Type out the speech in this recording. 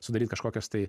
sudaryt kažkokias tai